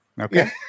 okay